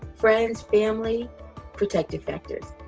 friends, family protective factors.